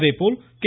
அதேபோல் கே